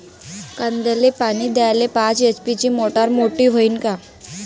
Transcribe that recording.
कांद्याले पानी द्याले पाच एच.पी ची मोटार मोटी व्हईन का?